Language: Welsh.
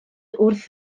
wrth